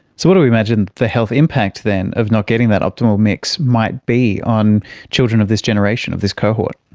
so what do we imagine the health impact then of not getting that optimal mix might be on children of this generation, of this cohort?